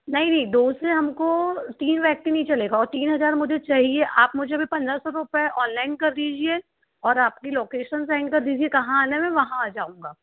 नहीं नहीं दो से हमको तीन वैसे नहीं चलेगा और तीन हज़ार मुझे चाहिए आप मुझे अभी पन्द्रह सौ रुपये ऑनलाइन कर दीजिए और आपकी लोकेसन सेन्ड कर दीजिए कहाँ आना है मैं वहाँ आ जाऊँगा